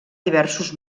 diversos